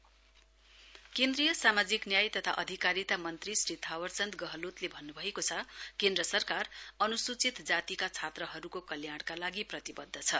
Gehlot S C student केन्द्रीय सामाजिक न्याय तथा अधिकारिता मन्त्री श्री थावरचन्द गहलोतले भन्नभएको छ केन्द्र सरकार अनुसूचित जातिका छात्रहरुको कल्याणको लागि प्रतिवध्द छ